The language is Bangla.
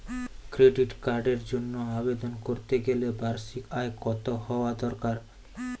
ক্রেডিট কার্ডের জন্য আবেদন করতে গেলে বার্ষিক আয় কত হওয়া দরকার?